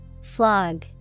Flog